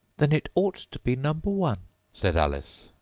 then it ought to be number one said alice.